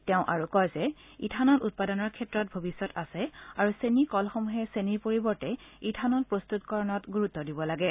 তেওঁ আৰু কয় যে ইথানল উৎপাদনৰ ক্ষেত্ৰত ভৱিষ্যত আছে আৰু চেনী কলসমূহে চেনীৰ পৰিৱৰ্তে ইথানল প্ৰস্ততকৰণত গুৰুত্ব দিব লাগে